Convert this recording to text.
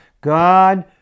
God